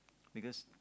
because